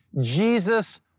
Jesus